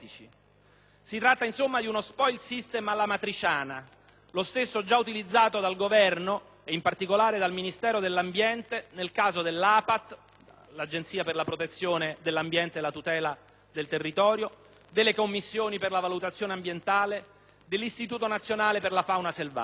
Si tratta pertanto di uno *spoils system* all'amatriciana, lo stesso già utilizzato dal Governo e, in particolare, dal Ministero dell'ambiente nel caso dell'APAT (Agenzia per la protezione dell'ambiente e la tutela del territorio), delle Commissioni per la valutazione ambientale, dell'INFS (Istituto nazionale per la fauna selvatica).